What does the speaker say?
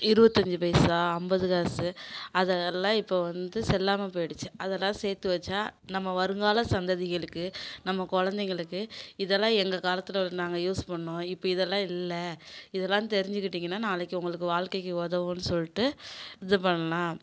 இருபத்தஞ்சி பைசா ஐம்பது காசு அதை எல்லாம் இப்போ வந்து செல்லாமல் போய்டுச்சி அதெல்லாம் சேர்த்து வச்சா நம்ம வருங்கால சந்ததிகளுக்கு நம்ம குழந்தைங்களுக்கு இதெல்லாம் எங்கள் காலத்தில் நாங்கள் யூஸ் பண்ணோம் இப்போ இதெல்லாம் இல்லை இதெலாம் தெரிஞ்சிக்கிட்டிங்கன்னா நாளைக்கு உங்களுக்கு வாழ்க்கைக்கு உதவுன் சொல்லிட்டு இது பண்ணலாம்